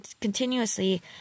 continuously